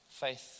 faith